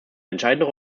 entscheidende